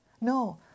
no